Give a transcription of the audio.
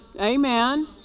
Amen